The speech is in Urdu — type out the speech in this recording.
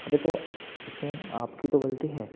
ارے تو اس میں آپ کی تو غلطی ہے